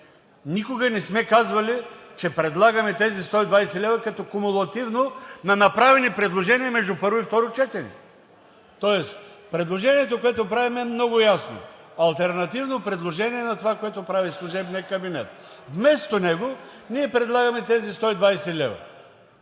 Никога не сме казвали, че предлагаме тези 120 лв. като кумулативно на направени предложения между първо и второ четене. Тоест предложението, което правим, е много ясно: алтернативно предложение на това, което прави служебният кабинет. Вместо него ние предлагаме тези 120 лв.